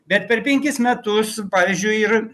bet per penkis metus pavyzdžiui ir